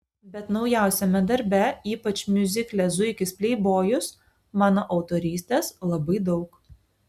bet naujausiame darbe ypač miuzikle zuikis pleibojus mano autorystės labai daug